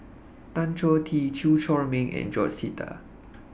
Tan Choh Tee Chew Chor Meng and George Sita